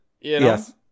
Yes